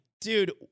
dude